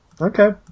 Okay